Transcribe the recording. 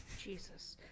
Jesus